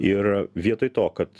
ir vietoj to kad